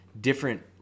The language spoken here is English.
different